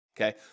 Okay